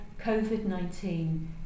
COVID-19